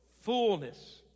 fullness